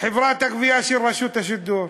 חברת הגבייה של רשות השידור.